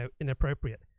inappropriate